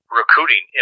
recruiting